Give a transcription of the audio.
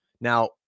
Now